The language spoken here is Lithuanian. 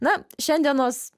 na šiandienos